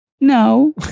No